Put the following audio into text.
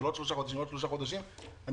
עוד שלושה חודשים ועוד שלושה חודשים.